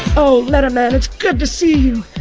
oh, let a man. it's good to see you.